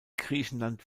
griechenland